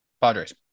Padres